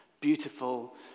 beautiful